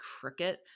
crooked